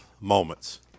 moments